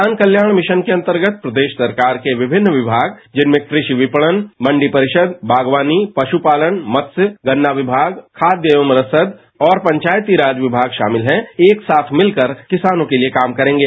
किसान कल्याण मिशन के अंतर्गत प्रदेश सरकार के विभिन्न विभाग जिनमें कृषि विपणन मंडी परिषद बागवानी पशुपालन मतस्य गन्ना विभाग और खाद एवं रसद तथा पंचायती राज विमाग शामिल हैं एक साथ मिलकर किसानों के लिए काम करेगे